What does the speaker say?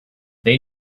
they